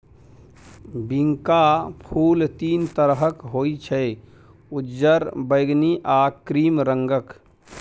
बिंका फुल तीन तरहक होइ छै उज्जर, बैगनी आ क्रीम रंगक